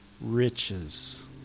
riches